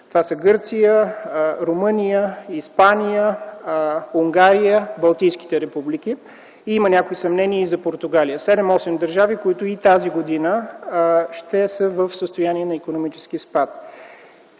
Това са Гърция, Румъния, Испания, Унгария, балтийските републики, има съмнения и за Португалия. Седем – осем държави тази година ще са в състояние на икономически спад.